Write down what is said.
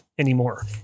anymore